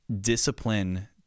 Discipline